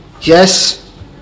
Yes